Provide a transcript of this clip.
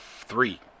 three